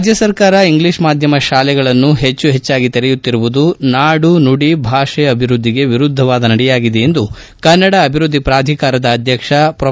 ರಾಜ್ಯ ಸರ್ಕಾರ ಇಂಗ್ಲಿಷ್ ಮಾಧ್ಯಮ ಶಾಲೆಗಳನ್ನು ಹೆಚ್ಚುಹೆಚ್ಚಾಗಿ ತೆರೆಯುತ್ತಿರುವುದು ನಾದು ನುಡಿ ಭಾಷೆ ಅಭಿವೃದ್ದಿಗೆ ವಿರುದ್ದವಾದ ನಡೆಯಾಗಿದೆ ಎಂದು ಕನ್ನಡ ಅಭಿವೃದ್ದಿ ಪ್ರಾಧಿಕಾರದ ಅಧ್ಯಕ್ಷ ಪ್ರೊ